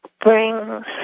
brings